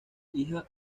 hija